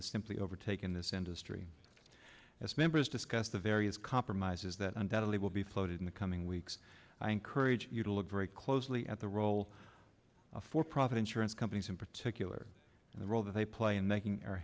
is simply overtaking this industry as members discuss the various compromises that undoubtedly will be floated in the coming weeks i encourage you to look very closely at the role of for profit insurance companies in particular and the role they play in making our